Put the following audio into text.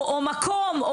או מקום,